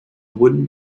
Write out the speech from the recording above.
wooden